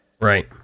Right